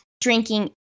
drinking